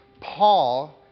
Paul